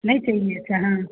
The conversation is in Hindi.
नहीं चाहिए अच्छा हाँ